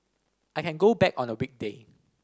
I can go back on a weekday